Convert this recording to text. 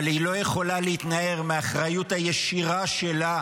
אבל היא לא יכולה להתנער מהאחריות הישירה שלה